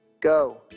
Go